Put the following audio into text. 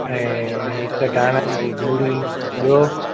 ऐं हिक त धाणनि जी जूड़ी ॿियो